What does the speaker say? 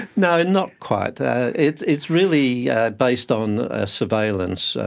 no, not quite. it's it's really based on surveillance,